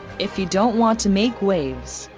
if you don't want to make waves,